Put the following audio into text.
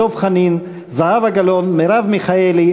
אין נמנעים.